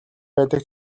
байдаг